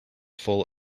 full